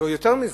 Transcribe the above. יותר מזה,